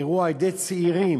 אירעו על-ידי צעירים